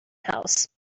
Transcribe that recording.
house